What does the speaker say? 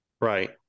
Right